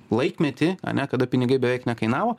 laikmetį ane kada pinigai beveik nekainavo